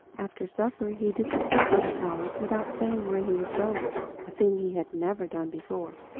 after supper he disappeared from the palace without saying where he was going a thing he had never done before.